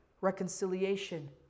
reconciliation